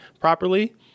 properly